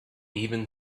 even